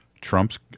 Trump's